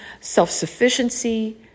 self-sufficiency